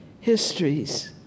histories